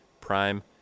Prime